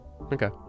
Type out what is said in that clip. okay